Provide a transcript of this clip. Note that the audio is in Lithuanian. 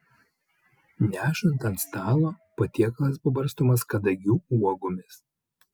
nešant ant stalo patiekalas pabarstomas kadagių uogomis